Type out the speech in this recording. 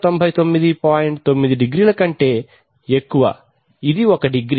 9 degree కంటే ఎక్కువ ఇది ఒక డిగ్రీ